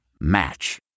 Match